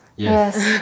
yes